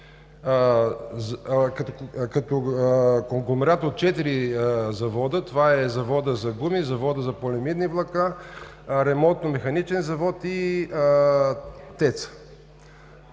като конгломерат от четири завода. Това е Заводът за гуми, Заводът за полиамидни влакна, Ремонтно-механичен завод и